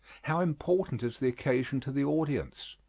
how important is the occasion to the audience?